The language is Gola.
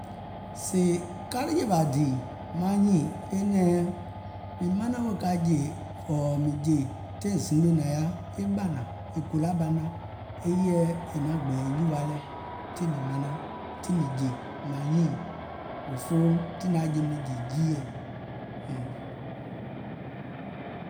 Sèè ka yèwȧ dìì maŋ nyiìŋ e nɛ̀ɛŋ mìŋ manaŋ wèè ka jè ɔ̀ɔ̀ mìŋ jè ɔ̀ɔ̀ mìŋ jè taìŋ zimgbe nȧŋ yaȧ e ɓȧnȧ, e golà ɓana e yèɛ naŋ gbɛ̀ɛ̀ nyùwa lɛ̀ tiŋ mìŋ jè tiŋ mìŋ jè maŋ nyiìŋ, òfoo tiŋ nȧŋ yaȧ jeim nɛ̀ŋjè jiiɛ̀.